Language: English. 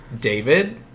David